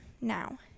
now